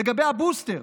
לגבי הבוסטר.